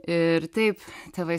ir taip tėvai